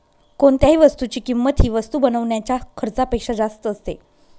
कोणत्याही वस्तूची किंमत ही वस्तू बनवण्याच्या खर्चापेक्षा जास्त असते